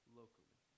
locally